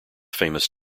famous